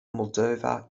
moldova